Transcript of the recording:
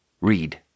read